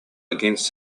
against